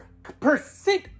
percent